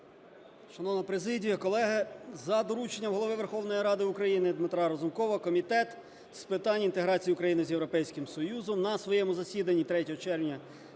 Шановна президія, колеги, за дорученням Голови Верховної Ради України Дмитра Разумкова Комітет з питань інтеграції України з Європейським Союзом на своєму засіданні 3 червня